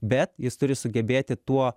bet jis turi sugebėti tuo